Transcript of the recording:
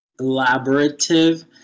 elaborative